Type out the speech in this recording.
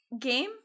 game